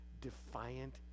defiant